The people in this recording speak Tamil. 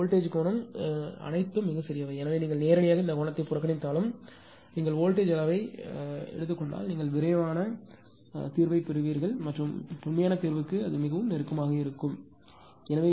இந்த வோல்டேஜ் கோணம் இந்த வோல்டேஜ் கோணங்கள் அனைத்தும் மிகச் சிறியவை எனவே நீங்கள் நேரடியாக இந்த கோணத்தை புறக்கணித்தாலும் நீங்கள் வோல்டேஜ் அளவை எடுத்துக் கொண்டால் நீங்கள் விரைவான தீர்வைப் பெறுவீர்கள் மற்றும் உண்மையான தீர்வுக்கு மிக நெருக்கமாக இருப்பீர்கள்